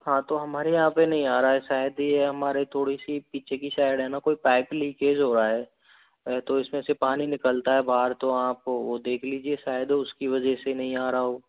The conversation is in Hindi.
हाँ तो हमारे यहाँ पे नहीं आ रहा है शायद ये हमारी थोड़ी सी पीछे की साइड हैना कोई पाइप लीकेज हो रहा है तो इसमें से पानी निकलता है बाहर तो आपको वो देख लीजिए शायद उसकी वजह से नहीं आ रहा हो